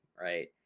right